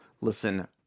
Listen